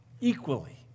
equally